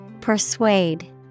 Persuade